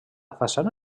façana